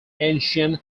ancient